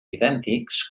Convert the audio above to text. idèntics